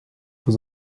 vous